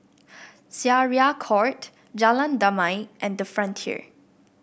Syariah Court Jalan Damai and the Frontier